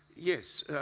Yes